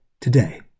Today